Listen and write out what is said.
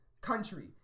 country